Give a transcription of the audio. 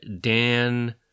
Dan